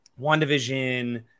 WandaVision